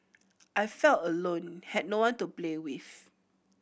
I felt alone had no one to play with